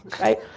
right